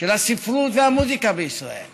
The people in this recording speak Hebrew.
של הספרות והמוזיקה בישראל